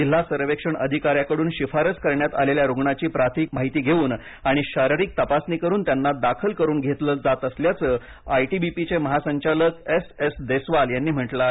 जिल्हा सर्वेक्षण अधिकाऱ्याकडून शिफारस करण्यात आलेल्या रुग्णाची प्राथमिक माहिती घेवून आणि शारीरिक तपासणी करून त्यांना दाखल करून घेतलं जात असल्याचं आय टी बी पी चे महासंचालक एस एस देस्वाल यांनी म्हटलं आहे